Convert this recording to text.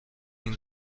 این